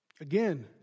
Again